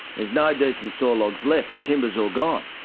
there's no decent sawlogs left, the timber's all gone.